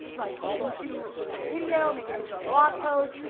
like into a video, make it into a blog post,